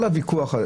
כל הוויכוח,